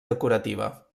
decorativa